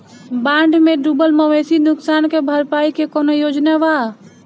बाढ़ में डुबल मवेशी नुकसान के भरपाई के कौनो योजना वा?